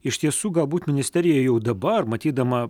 iš tiesų galbūt ministerija jau dabar matydama